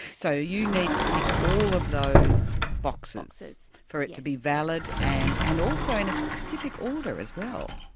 so you need to tick all of those boxes for it to be valid and, and also in a specific order as well?